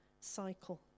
cycle